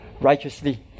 righteously